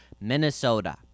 Minnesota